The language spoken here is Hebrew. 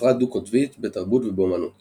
הפרעה דו-קוטבית בתרבות ובאמנות